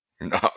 No